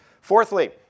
Fourthly